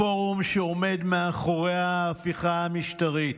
הפורום שעומד מאחורי ההפיכה המשטרית,